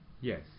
yes